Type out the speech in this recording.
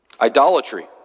Idolatry